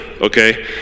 okay